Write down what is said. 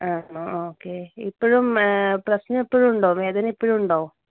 ആണോ ഓക്കെ ഇപ്പോഴും പ്രശ്നം ഇപ്പോഴും ഉണ്ടോ വേദന ഇപ്പോഴും ഉണ്ടോ